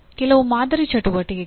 ಕೆಲವು ಮಾದರಿ ಚಟುವಟಿಕೆಗಳು